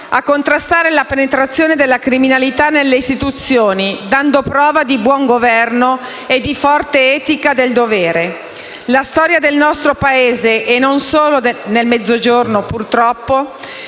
a contrastare la penetrazione della criminalità nelle istituzioni, dando prova di buon governo e di forte etica del dovere. La storia del nostro Paese - non solo del Mezzogiorno, purtroppo